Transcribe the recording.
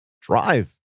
drive